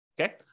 Okay